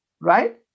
right